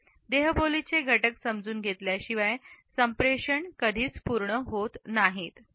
देहबोली चे घटक समजून घेतल्याशिवाय संप्रेषण कधीच पूर्ण होत नाही